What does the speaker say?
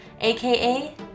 aka